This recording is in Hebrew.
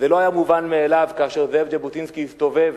זה לא היה מובן מאליו כאשר זאב ז'בוטינסקי הסתובב